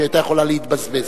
שהיתה יכולה להתבזבז.